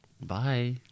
bye